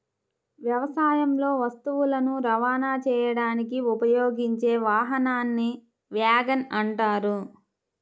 వ్యవసాయంలో వస్తువులను రవాణా చేయడానికి ఉపయోగించే వాహనాన్ని వ్యాగన్ అంటారు